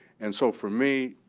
and so for me,